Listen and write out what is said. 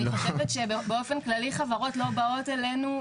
אני חושבת שבאופן כללי חברות לא באות אלינו,